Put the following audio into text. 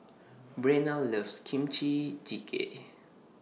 Brenna loves Kimchi Jjigae